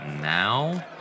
now